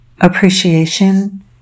appreciation